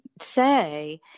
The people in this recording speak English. say